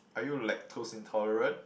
are you lactose intolerant